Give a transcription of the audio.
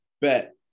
Bet